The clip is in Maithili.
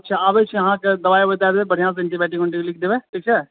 अच्छा आबै छी अहाँके दवाइ वावाइ दए देबै बढ़िऑंसँ एंटिबाइटिक वाइटिक लिख देबै ठीक छै